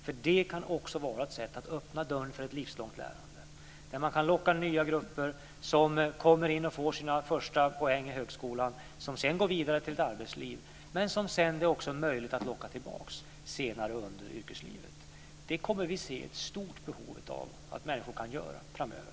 Detta kan nämligen också vara ett sätt att öppna dörren för ett livslångt lärande, där man kan locka nya grupper som kommer in och får sina första poäng i högskolan, som sedan går vidare till ett arbetsliv men som det sedan också är möjligt att locka tillbaka senare under yrkeslivet. Det kommer vi att se ett stort behov av att människor kan göra framöver.